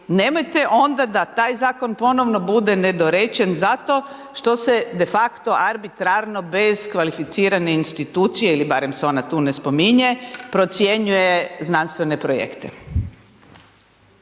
nemojte onda da taj zakon ponovno bude nedorečen zato što se de facto arbitrarno bez kvalificirane institucije ili barem se ona tu ne spominje procjenjuje znanstvene projekte.